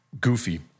goofy